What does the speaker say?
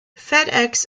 fedex